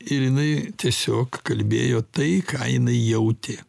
ir jinai tiesiog kalbėjo tai ką jinai jautė